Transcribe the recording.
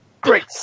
Great